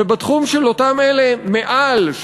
ובתחום של אותם אלה מעל,